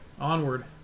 onward